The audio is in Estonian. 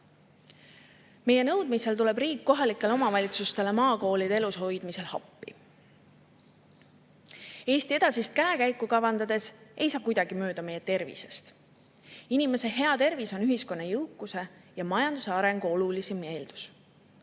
Meie nõudmisel tuleb riik kohalikele omavalitsustele maakoolide elus hoidmisel appi. Eesti edasist käekäiku kavandades ei saa kuidagi mööda meie tervisest. Inimeste hea tervis on ühiskonna jõukuse ja majanduse arengu olulisim eeldus.